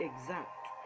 exact